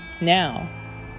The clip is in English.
now